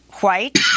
white